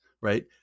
right